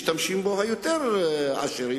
משתמשים בו העשירים יותר,